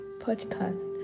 podcast